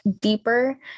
deeper